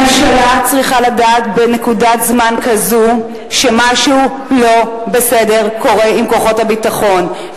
ממשלה צריכה לדעת בנקודת זמן כזו שמשהו לא בסדר קורה עם כוחות הביטחון,